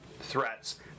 threats